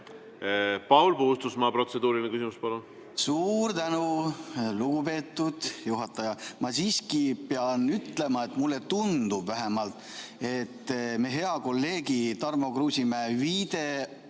Paul Puustusmaa, protseduuriline küsimus, palun! Suur tänu, lugupeetud juhataja! Ma pean siiski ütlema, mulle tundub vähemalt, et meie hea kolleegi Tarmo Kruusimäe viide